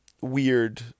weird